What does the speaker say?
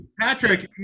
Patrick